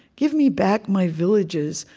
give me back my villages,